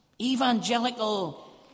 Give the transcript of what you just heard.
evangelical